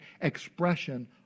expression